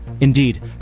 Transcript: Indeed